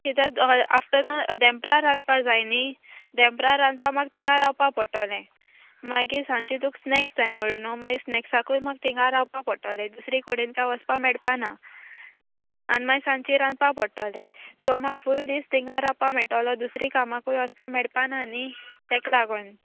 कित्याक आफटरनून देमपरार रांदपाक जाय न्ही दनपरा रांदपा म्हाका थिंगां रावपा पोडटोलें मागीर सांची तुका स्नॅक्स जाय म्हुळ्ळा न्हू मागीर स्नॅक्साकूय म्हाक तिंगा रावपा पोडटोलें दुसरी कोडेन काय वचपा मेळपा ना आनी मागीर सांची रांदपा पोट्टोलें सो म्हाका फूल दीस तिंगा रावपा मेळटलो दुसरी कामाकूय वसपा मेळपा ना न्ही तेका लागोन